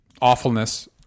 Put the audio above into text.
awfulness